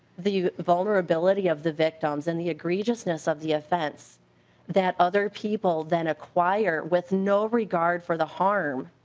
the vulnerability of the victims in the graciousness of the offense that other people then acquire with no regard for the harm